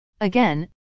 Again